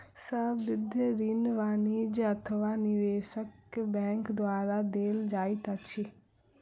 संबंद्ध ऋण वाणिज्य अथवा निवेशक बैंक द्वारा देल जाइत अछि